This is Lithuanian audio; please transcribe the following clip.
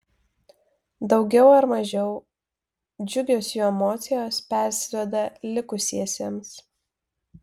daugiau ar mažiau džiugios jų emocijos persiduoda likusiesiems